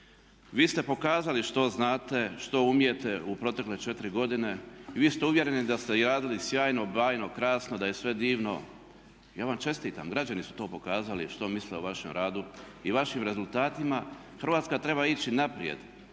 Vi ste pokazali što znate, što umijete u protekle četiri godine i vi ste uvjereni da ste radili sjajno, bajno, krasno, da je sve divno. Ja vam čestitam, građani su to pokazali što misle o vašem radu i vašim rezultatima. Hrvatska treba ići naprijed,